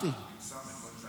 אנחנו לא נחשבים?